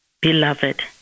Beloved